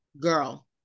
girl